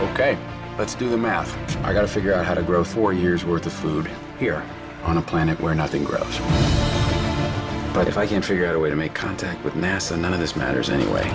ok let's do the math i've got to figure out how to grow four years worth of food here on a planet where nothing grows but if i can figure out a way to make contact with nasa none of this matters anyway